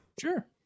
Sure